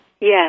Yes